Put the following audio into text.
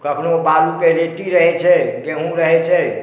कखनो बालुके रेती रहछै गहूॅंम रहै छै